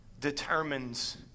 determines